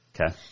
Okay